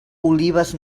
olives